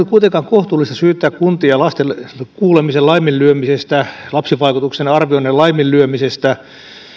kuitenkaan kohtuullista syyttää kuntia lasten kuulemisen laiminlyömisestä lapsivaikutusten arvioinnin laiminlyömisestä